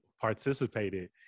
participated